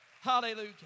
Hallelujah